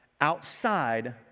outside